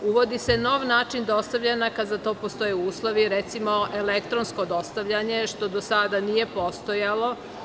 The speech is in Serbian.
Uvodi se nov način dostavljanja, kada za to postoje uslovi, recimo elektronsko dostavljanje, što do sada nije postojalo.